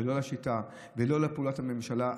לא לשיטה ולא לפעולת הממשלה,